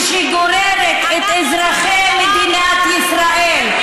שגוררת את אזרחי מדינת ישראל,